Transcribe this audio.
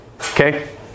Okay